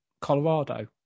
Colorado